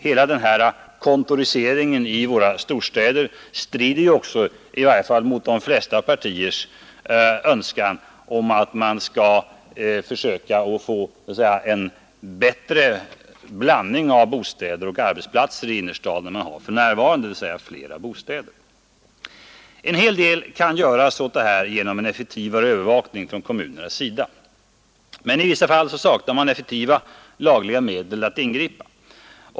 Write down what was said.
Hela den här kontoriseringen i våra storstäder strider ju också mot i varje fall de flesta partiers önskan om att man skall försöka få en bättre blandning av bostäder och arbetsplatser i innerstaden än vi har för närvarande — alltså flera bostäder. En hel del kan göras åt det här genom en effektivare övervakning från kommunernas sida. Men i vissa fall saknar man effektiva lagliga medel att ingripa.